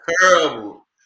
terrible